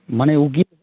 মানে